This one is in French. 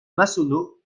massonneau